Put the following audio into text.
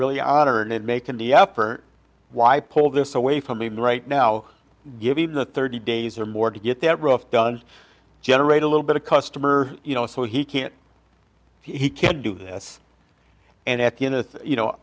really honored and make an effort why pull this away from me right now given the thirty days or more to get that roof done generate a little bit of customer you know so he can't he can't do this and you know